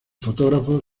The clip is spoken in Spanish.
fotógrafo